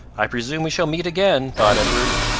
i presume we shall meet again, thought edward,